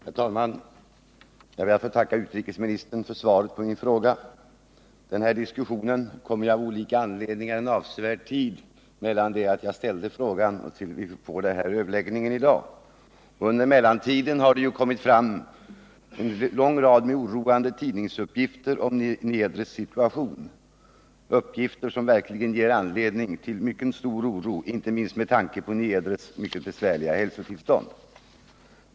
Herr talman! Jag ber att få tacka utrikesministern för svaret på min Omettisten sd fråga. Från den tidpunkt då jag ställde min fråga till diskussionen här i dag har, av olika anledningar, en avsevärd tid förflutit. Under denna mellantid har en lång rad oroande tidningsuppgifter om Niedres situation kommit fram — uppgifter som verkligen ger anledning till stor oro, inte minst med tanke på Niedres mycket besvärliga hälsotillstånd.